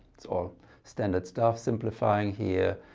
it's all standard stuff simplifying here,